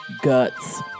guts